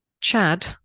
Chad